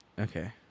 Okay